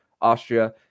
Austria